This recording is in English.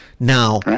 Now